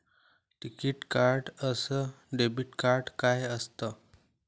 टिकीत कार्ड अस debit card काय असत?